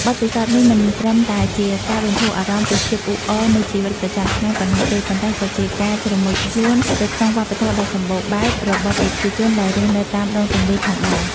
បទពិសោធន៍នេះមិនត្រឹមតែជាការបន្ធូរអារម្មណ៍ពីភាពអ៊ូអរនៃជីវិតប្រចាំថ្ងៃប៉ុណ្ណោះទេ ប៉ុន្តែក៏ជាការជ្រមុជខ្លួនទៅក្នុងវប្បធម៌ដ៏សម្បូរបែបរបស់ប្រជាជនដែលរស់នៅតាមដងទន្លេផងដែរ។